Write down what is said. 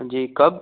हाँ जी कब